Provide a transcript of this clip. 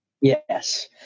Yes